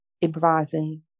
improvising